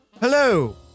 hello